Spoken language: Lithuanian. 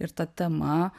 ir ta tema